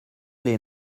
les